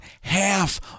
half